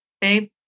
babe